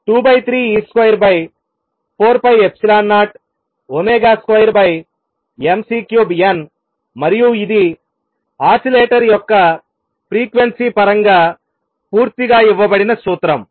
కనుక A n →n 1 వచ్చి 23 e2 4ε0 ω2mC3n మరియు ఇది ఆసిలేటర్ యొక్క ఫ్రీక్వెన్సీ పరంగా పూర్తిగా ఇవ్వబడిన సూత్రం